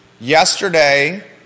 Yesterday